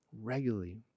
regularly